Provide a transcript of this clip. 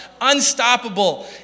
unstoppable